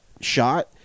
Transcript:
shot